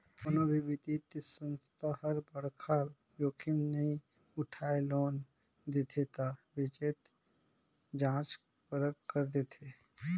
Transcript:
कोनो भी बित्तीय संस्था हर बड़खा जोखिम नी उठाय लोन देथे ता बतेच जांच परख कर देथे